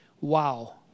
wow